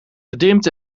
gedimd